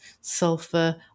sulfur